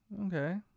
okay